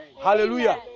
Hallelujah